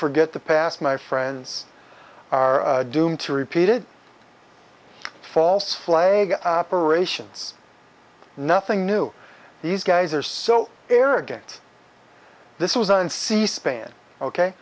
forget the past my friends are doomed to repeat it false flag operations nothing new these guys are so arrogant this was on c span ok